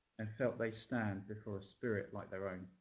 and felt they stand before a spirit like their own.